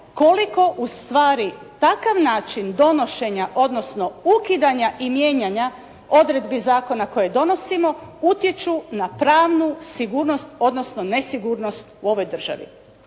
koliko u stvari takav način donošenja, odnosno ukidanja i mijenjanja odredbi zakona koje donosimo utječu na pravnu sigurnost, odnosno nesigurnost u ovoj državi.